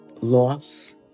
loss